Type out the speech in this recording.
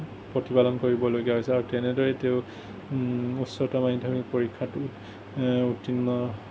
প্ৰতিপালন কৰিবলগীয়া হৈছিল আৰু তেনেদৰেই তেওঁ উচ্চতৰ মাধ্যমিক পৰীক্ষাটো উত্তীৰ্ণ